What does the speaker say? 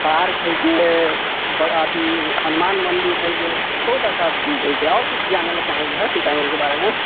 park हैके अथि हनुमान मन्दिर हय बहुत अच्छा चीज होइ छै आओर कुछ जानैलऽ चाहै हौ सीतामढ़ी के बारे मे